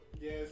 yes